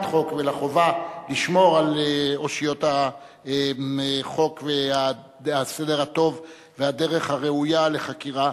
חוק ולחובה לשמור על אושיות החוק והסדר הטוב והדרך הראויה לחקירה,